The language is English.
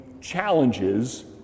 challenges